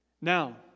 Now